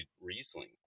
Riesling